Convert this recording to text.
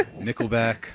Nickelback